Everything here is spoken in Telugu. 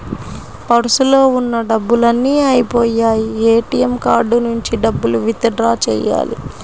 పర్సులో ఉన్న డబ్బులన్నీ అయ్యిపొయ్యాయి, ఏటీఎం కార్డు నుంచి డబ్బులు విత్ డ్రా చెయ్యాలి